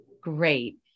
Great